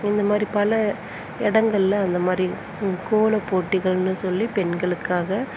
இந்த மாதிரி பல இடங்கள்ல அந்த மாதிரி கோலப்போட்டிகள்னு சொல்லி பெண்களுக்காக